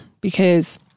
because-